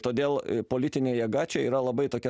todėl politinė jėga čia yra labai tokia